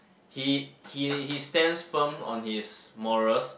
he he he stands firm on his morals